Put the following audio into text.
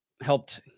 helped